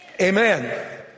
Amen